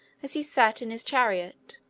as he sat in his chariot,